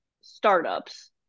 startups